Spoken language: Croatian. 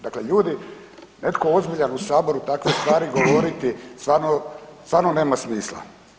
Dakle ljudi, netko ozbiljan u Saboru takve stvari govoriti, stvarno, stvarno nema smisla.